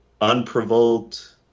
unprovoked